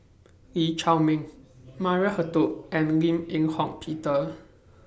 Lee Chiaw Meng Maria Hertogh and Lim Eng Hock Peter